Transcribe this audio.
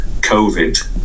COVID